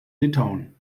litauen